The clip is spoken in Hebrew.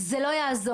זה לא יעזור.